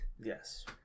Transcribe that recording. Yes